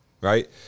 right